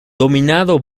dominado